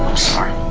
sorry.